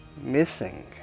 missing